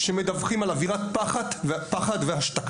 שמדווחים על אווירת פחד והשתקה.